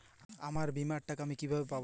আমার বীমার টাকা আমি কিভাবে পাবো?